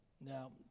Now